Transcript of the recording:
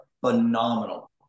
phenomenal